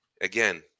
again